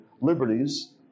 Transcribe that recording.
liberties